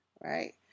right